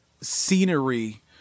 scenery